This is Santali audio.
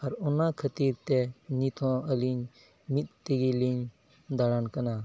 ᱟᱨ ᱚᱱᱟ ᱠᱷᱟᱹᱛᱤᱨᱛᱮ ᱱᱤᱛ ᱦᱚᱸ ᱟᱹᱞᱤᱧ ᱢᱤᱫ ᱛᱮᱜᱮᱞᱤᱧ ᱫᱟᱲᱟᱱ ᱠᱟᱱᱟ